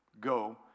go